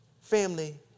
family